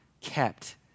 kept